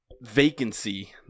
vacancy